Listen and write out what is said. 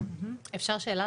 אפשר שאלה?